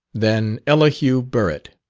than elihu burritt.